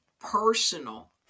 personal